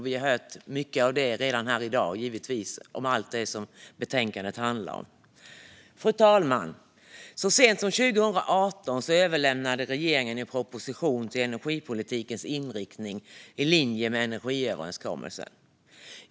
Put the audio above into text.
Vi har givetvis redan hört mycket om detta - det som betänkandet handlar om - här i dag. Fru talman! Så sent som 2018 överlämnade regeringen en proposition om energipolitikens inriktning i linje med energiöverenskommelsen.